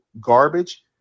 garbage